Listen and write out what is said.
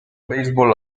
baseball